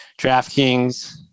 DraftKings